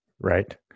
Right